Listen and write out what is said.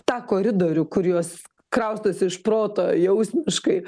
tą koridorių kur jos kraustosi iš proto jausmiškai